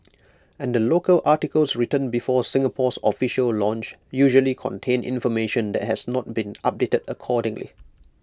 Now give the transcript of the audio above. and the local articles written before Singapore's official launch usually contain information that has not been updated accordingly